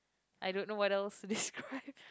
I don't know what else to describe